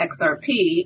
XRP